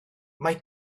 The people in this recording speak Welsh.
mae